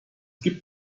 gibt